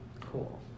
cool